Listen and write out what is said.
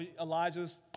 Elijah's